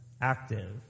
active